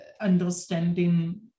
understanding